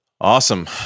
Awesome